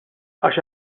għax